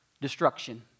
destruction